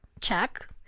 check